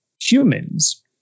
humans